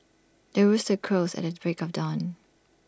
the rooster crows at the break of dawn